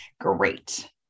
Great